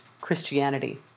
Christianity